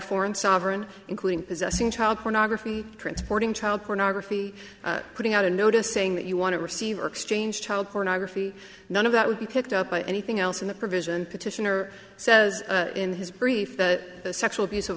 foreign sovereign including possessing child pornography transporting child pornography putting out a notice saying that you want to receive or exchange child pornography none of that would be picked up by anything else and the provision petitioner says in his brief that the sexual abuse of